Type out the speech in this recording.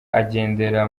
agendera